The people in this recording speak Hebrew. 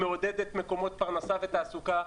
מעודדת מקומות פרנסה ותעסוקה,